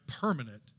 permanent